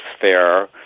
fair